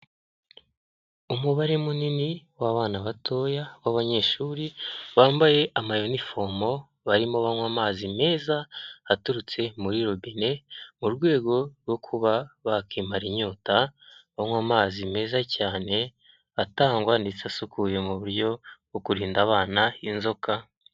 Umubare munini w'abana batoya b'abanyeshuri bambaye amayunifomo barimo banywa amazi meza aturutse muri robine, mu rwego rwo kuba bakimara inyota banywa amazi meza cyane atangwa ndetse asukuye mu buryo bwo kurinda abana inzoka.